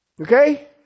Okay